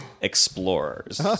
Explorers